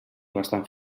bastant